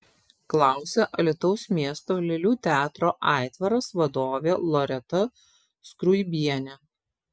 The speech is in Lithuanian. klausia alytaus miesto lėlių teatro aitvaras vadovė loreta skruibienė